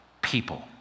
people